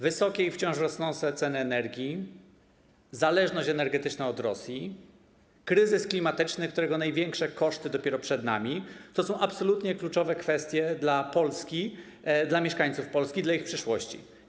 Wysokie i wciąż rosnące ceny energii, zależność energetyczna od Rosji, kryzys klimatyczny, którego największe koszty dopiero przed nami, to są absolutnie kluczowe kwestie dla Polski, dla mieszkańców Polski, dla ich przyszłości.